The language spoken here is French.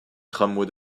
tramway